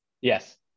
Yes